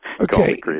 Okay